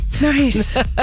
Nice